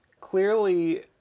clearly